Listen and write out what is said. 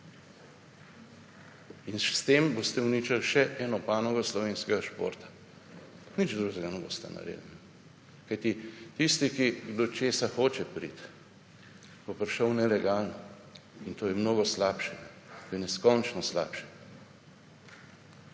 In s tem boste uničili še eno panogo slovenskega športa, nič drugega ne boste naredili. Kajti tisti, ki do česa hoče priti, bo prišel nelegalno, in to je mnogo slabše, to je neskončno slabše.